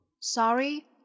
Sorry